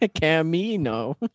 Camino